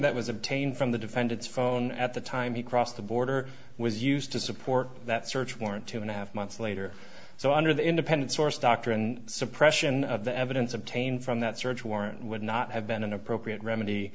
that was obtained from the defendant's phone at the time he crossed the border was used to support that search warrant two and a half months later so under the independent source doctrine suppression of the evidence obtained from that search warrant would not have been an appropriate remedy